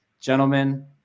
Gentlemen